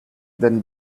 then